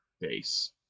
base